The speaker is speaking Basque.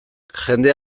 jende